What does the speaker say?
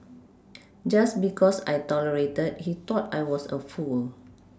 just because I tolerated he thought I was a fool